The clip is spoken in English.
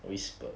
whisper